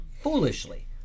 foolishly